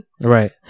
Right